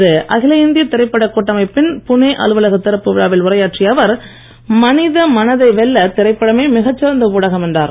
இன்று அகில இந்திய திரைப்படக் கூட்டமைப்பின் புனே அலுவலகத் திறப்பு விழாவில் உரையாற்றிய அவர் மனித மனதை வெல்ல திரைப்படமே மிகச் சிறந்த ஊடகம் என்றார்